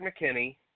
McKinney